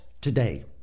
today